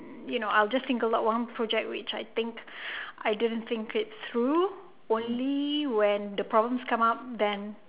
you know I'll just think a lot wrong project which I think I didn't think read through only when the problems come up then